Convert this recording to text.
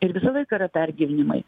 ir visą laiką yra pergyvenimai